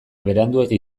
beranduegi